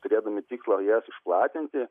turėdami tikslą jas išplatinti